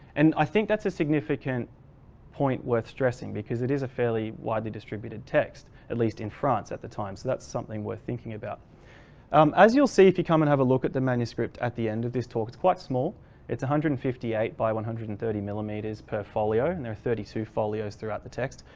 and i think that's a significant point worth stressing because it is a fairly widely distributed text at least in france at the time. so that's something worth thinking about um as you'll see if you come and have a look at the manuscript at the end of this talk. it's quite small it's one hundred and fifty eight by one hundred and thirty millimeters per folio and there are thirty two folios throughout the text.